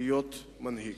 להיות מנהיג.